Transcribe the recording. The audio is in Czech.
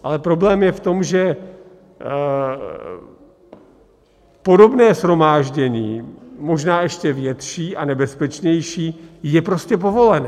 Ale problém je v tom, že podobné shromáždění, možná ještě větší a nebezpečnější, je prostě povolené.